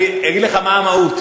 אני אגיד לך מה המהות.